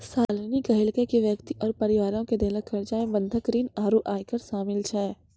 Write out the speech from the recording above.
शालिनी कहलकै कि व्यक्ति आरु परिवारो के देलो कर्जा मे बंधक ऋण आरु आयकर शामिल छै